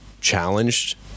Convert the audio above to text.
challenged